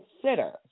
consider